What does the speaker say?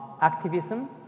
activism